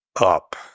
up